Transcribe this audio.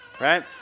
right